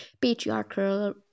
patriarchal